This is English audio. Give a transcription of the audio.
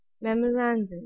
memorandum